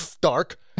dark